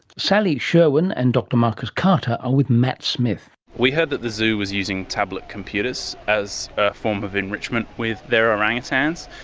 sally sherwen and dr marcus carter are with matt smith. we heard that the zoo was using tablet computers as a form of enrichment with their orangutans.